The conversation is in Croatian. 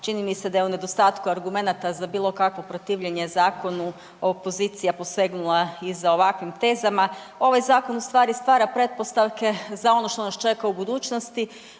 čini mi se da je u nedostatku argumenata za bilo kakvo protivljenje zakonu opozicija posegnula i za ovakvim tezama. Ovaj zakon u stvari stvara pretpostavke za ono što nas čeka u budućnosti,